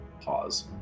pause